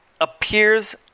appears